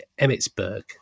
Emmitsburg